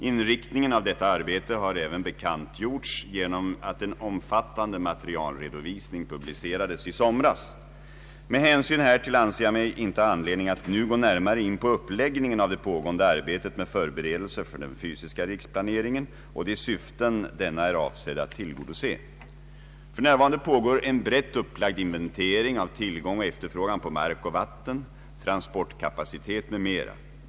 Inriktningen av detta arbete har även bekantgjorts genom att en omfattande materialredovisning publicerades i somras. Med hänsyn härtill anser jag mig inte ha anledning att nu gå närmare in på uppläggningen av det pågående arbetet med förberedelser för den fysiska riksplaneringen och de syften denna är avsedd att tillgodose. För närvarande pågår en brett upplagd inventering av tillgång och efterfrågan på mark och vatten, transportkapacitet m.m.